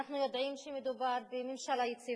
אנחנו יודעים שמדובר בממשלה יציבה.